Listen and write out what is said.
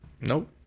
Nope